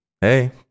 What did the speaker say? Hey